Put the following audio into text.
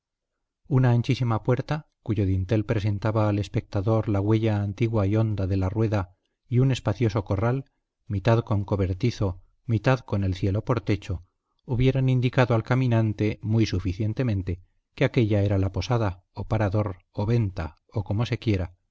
una anchísima puerta cuyo dintel presentaba al espectador la huella antigua y honda de la rueda y un espacioso corral mitad con cobertizo mitad con el cielo por techo hubieran indicado al caminante muy suficientemente que aquélla era la posada o parador o venta o como se quiera